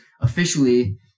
officially